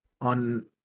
on